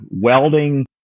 welding